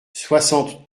soixante